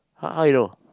how how you know